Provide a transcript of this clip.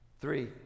Three